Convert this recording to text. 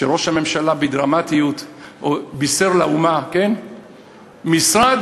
כשראש הממשלה בדרמטיות בישר לאומה: משרד